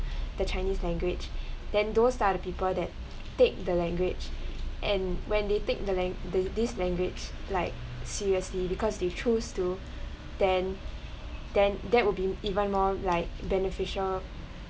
the chinese language then those are the people that take the language and when they take the lang~ the this language like seriously because they choose to then then that will be even more like beneficial